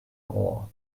ore